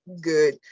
good